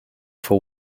for